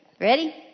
Ready